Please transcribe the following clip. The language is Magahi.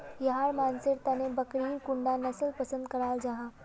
याहर मानसेर तने बकरीर कुंडा नसल पसंद कराल जाहा?